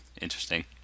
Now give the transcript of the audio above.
Interesting